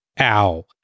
Ow